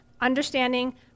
understanding